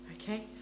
okay